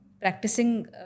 practicing